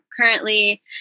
currently